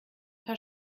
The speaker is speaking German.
paar